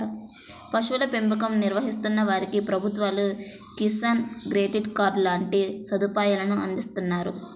పశువుల పెంపకం నిర్వహిస్తున్న వారికి ప్రభుత్వాలు కిసాన్ క్రెడిట్ కార్డు లాంటి సదుపాయాలను అందిస్తున్నారు